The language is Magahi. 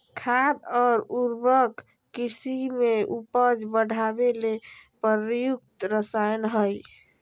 खाद और उर्वरक कृषि में उपज बढ़ावे ले प्रयुक्त रसायन हइ